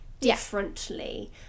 differently